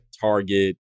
Target